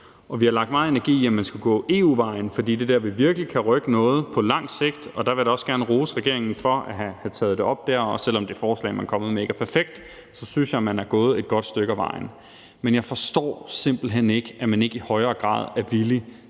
Vi har lagt meget energi i, at man skal gå EU-vejen, for det er der, vi virkelig kan rykke noget på lang sigt – og der vil jeg da også gerne rose regeringen for at have taget det op dér. Selv om det forslag, man er kommet med, ikke er perfekt, synes jeg, man er gået et godt stykke af vejen. Men jeg forstår simpelt hen ikke, at man ikke i højere grad er villig